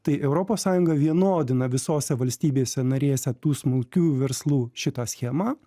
tai europos sąjunga vienodina visose valstybėse narėse tų smulkių verslų šitą schemą